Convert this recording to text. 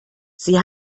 sie